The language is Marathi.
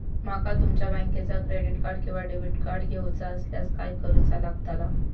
माका तुमच्या बँकेचा क्रेडिट कार्ड किंवा डेबिट कार्ड घेऊचा असल्यास काय करूचा लागताला?